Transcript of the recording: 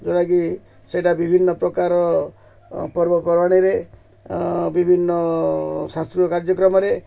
ଯୋଉଟାକି ସେଇଟା ବିଭିନ୍ନ ପ୍ରକାର ପର୍ବପର୍ବାଣିରେ ବିଭିନ୍ନ ଶାସ୍ତ୍ରୀୟ କାର୍ଯ୍ୟକ୍ରମରେ